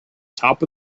top